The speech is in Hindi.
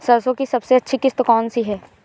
सरसो की सबसे अच्छी किश्त कौन सी है?